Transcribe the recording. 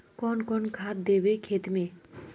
कौन कौन खाद देवे खेत में?